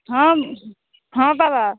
हम हँ बाबा